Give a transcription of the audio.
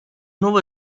nuovo